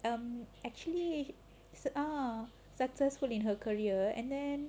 um actually ah successful in her career and then